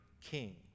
king